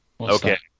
Okay